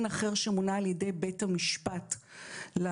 אחר שמונה על ידי בית המשפט לקטין.